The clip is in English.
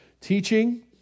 teaching